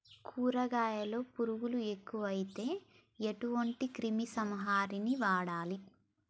కూరగాయలలో పురుగులు ఎక్కువైతే ఎటువంటి క్రిమి సంహారిణి వాడాలి?